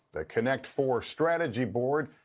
the connect four strategy board,